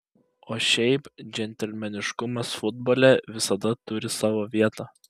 o šiaip džentelmeniškumas futbole visada turi savo vietą